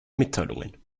mitteilungen